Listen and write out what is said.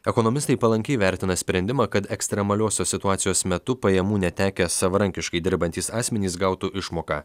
ekonomistai palankiai vertina sprendimą kad ekstremaliosios situacijos metu pajamų netekę savarankiškai dirbantys asmenys gautų išmoką